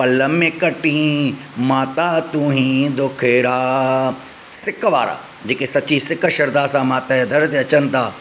पल में कटी माता तू हीं दुखिड़ा सिकु वारा जेके सची सिकु श्रद्धा सां माता जे दर ते अचनि था